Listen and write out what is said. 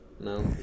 No